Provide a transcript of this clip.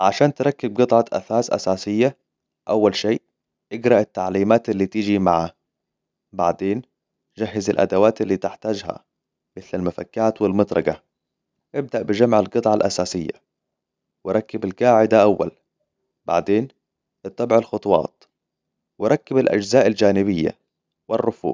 عشان تركب قطعة أساس أساسية، أول شيء إقرأ التعليمات اللي تيجي معاها. بعدين جهز الأدوات اللي تحتاجها، مثل المفكات والمطرقة. إبدأ بجمع القطعة الأساسية، وركب القاعدة أول. بعدين إتبع الخطوات، وركب الأجزاء الجانبية والرفوف.